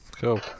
Cool